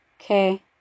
Okay